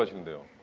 ah can do